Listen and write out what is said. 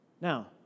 Now